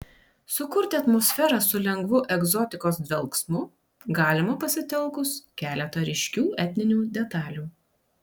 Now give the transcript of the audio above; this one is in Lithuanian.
sukurti atmosferą su lengvu egzotikos dvelksmu galima pasitelkus keletą ryškių etninių detalių